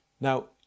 Now